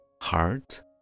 heart